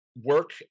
work